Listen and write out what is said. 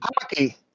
Hockey